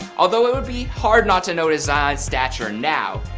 although it would be hard not to notice zion's stature now,